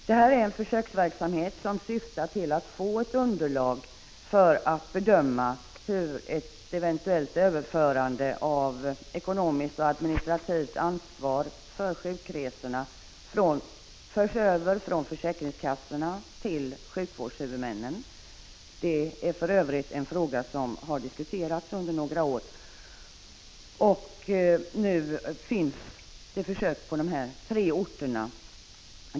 Det här är en försöksverksamhet som syftar till att få fram ett underlag för att bedöma hur ett eventuellt överförande av ekonomiskt och administrativt ansvar för sjukresorna skall kunna föras över från försäkringskassorna till sjukvårdshuvudmännen. Det är för övrigt en fråga som diskuterats under några år. Nu pågår det alltså försök på dessa tre orter.